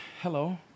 Hello